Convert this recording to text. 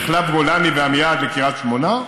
מחלף גולני ועמיעד לקריית שמונה?